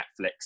Netflix